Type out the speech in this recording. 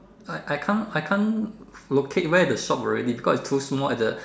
I I can't I can't locate where the shop already because it's too small at the